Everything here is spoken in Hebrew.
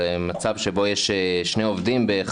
מצב שבו יש שני עובדים בחתך,